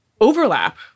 overlap